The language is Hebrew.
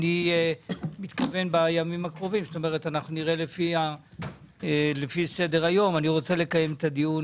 אני מתכוון בימים הקרובים נראה לפי סדר היום לקיים דיון